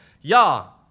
Y'all